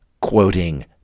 quoting